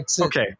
okay